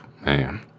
Man